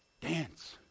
Dance